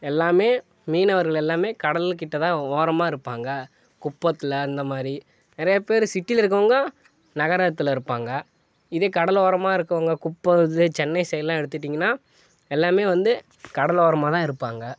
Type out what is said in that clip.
எல்லாமே மீனவர்கள் எல்லாமே கடலுக்கிட்ட தான் ஓரமாக இருப்பாங்க குப்பத்தில் இந்த மாதிரி நிறைய பேர் சிட்டியில இருக்கவங்க நகரத்தில் இருப்பாங்க இதே கடல் ஓரமாக இருக்கவங்க குப்பை இதுவே சென்னை சைட் எல்லாம் எடுத்துகிட்டிங்கன்னா எல்லாமே வந்து கடல் ஓரமாக தான் இருப்பாங்க